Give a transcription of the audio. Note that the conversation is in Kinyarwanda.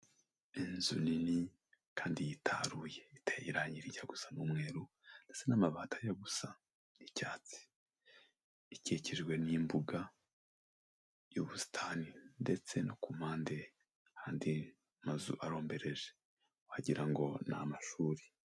Inzu nini kandi yitaruye iteye irangi rijya gusa n'umweru ndetse n'amabati ajya gusa icyatsi. Ikikijwe n'imbuga y'ubusitani ndetse no ku mpande hari andi mazu arombereje, wagira ngo ni amashuri.